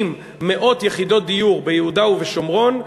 מאות יחידות דיור ביהודה ובשומרון,